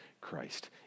Christ